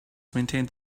maintained